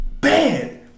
bad